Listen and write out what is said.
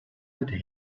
could